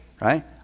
right